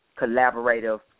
collaborative